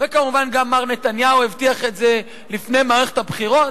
כמובן גם מר נתניהו הבטיח את זה לפני מערכת הבחירות.